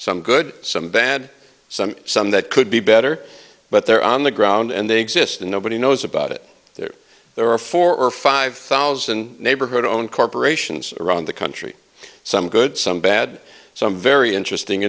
some good some bad some some that could be better but they're on the ground and they exist and nobody knows about it they're there are four or five thousand neighborhood owned corporations around the country some good some bad some very interesting